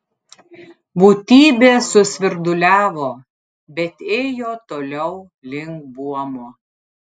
būtybė susvirduliavo bet ėjo toliau link buomo